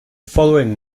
following